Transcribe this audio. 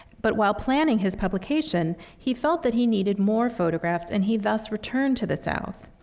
but while planning his publication, he felt that he needed more photographs, and he thus returned to the south.